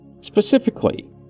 Specifically